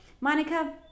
Monica